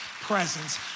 presence